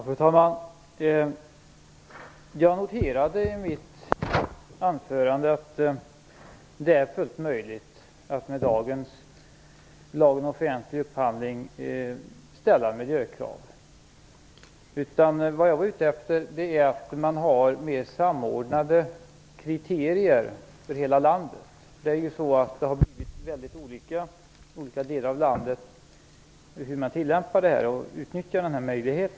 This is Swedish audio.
Fru talman! Jag noterade i mitt anförande att det är fullt möjligt att på grundval av lagen om offentlig upphandling ställa miljökrav. Vad jag är ute efter är mer samordnade kriterier för hela landet. Det har blivit mycket olika tillämpning i utnyttjandet av denna möjlighet.